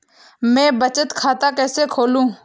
मैं बचत खाता कैसे खोलूँ?